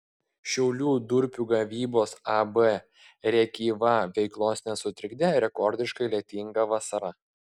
šiaulių durpių gavybos ab rėkyva veiklos nesutrikdė rekordiškai lietinga vasara